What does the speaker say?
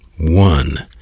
One